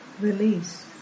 release